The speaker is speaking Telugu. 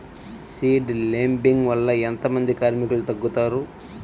సీడ్ లేంబింగ్ వల్ల ఎంత మంది కార్మికులు తగ్గుతారు?